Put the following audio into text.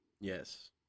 Yes